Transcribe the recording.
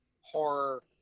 horror